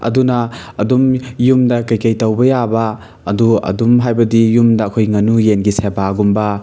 ꯑꯗꯨꯅ ꯑꯗꯨꯝ ꯌꯨꯝꯗ ꯀꯩ ꯀꯩ ꯇꯧꯕ ꯌꯥꯕ ꯑꯗꯣ ꯑꯗꯨꯝ ꯍꯥꯏꯕꯗꯤ ꯌꯨꯝꯗ ꯑꯩꯈꯣꯏ ꯉꯥꯅꯨ ꯌꯦꯟꯒꯤ ꯁꯦꯕꯥꯒꯨꯝꯕ